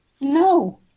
No